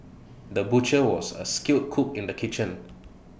the butcher was A skilled cook in the kitchen